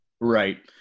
Right